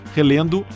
relendo